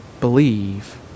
believe